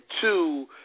two